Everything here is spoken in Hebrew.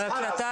אז חאלס,